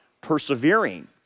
persevering